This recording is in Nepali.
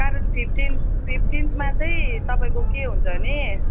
कारण फिफ्टिन्थ फिफ्टिन्थमा चाहिँ तपाईँको के हुन्छ भने